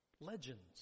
Legends